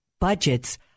budgets